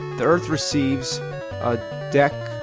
the earth receives a dec.